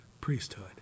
priesthood